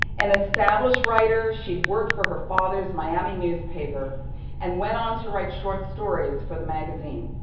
an established writer, she'd worked for her father's miami newspaper and went on to write short stories for the magazine.